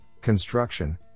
construction